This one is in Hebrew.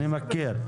אני מכיר.